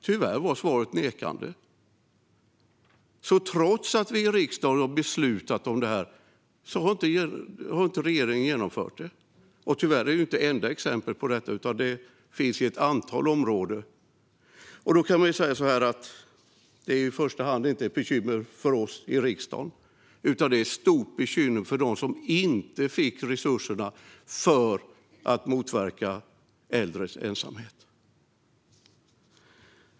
Tyvärr var svaret nekande. Trots att vi i riksdagen har beslutat om det här har regeringen inte genomfört det. Tyvärr är det här inte det enda exemplet, utan det ser ut så på ett antal områden. Detta är inte i första hand ett bekymmer för oss i riksdagen, utan det är ett stort bekymmer för dem som inte fick resurserna för att motverka äldres ensamhet.